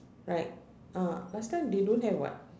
right ah last time they don't have [what]